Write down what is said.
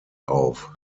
auf